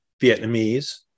Vietnamese